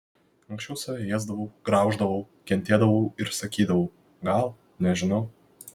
anksčiau save ėsdavau grauždavau kentėdavau ir sakydavau gal nežinau